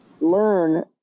learn